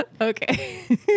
Okay